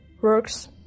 works